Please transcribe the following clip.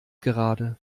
gerade